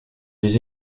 des